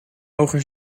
hoger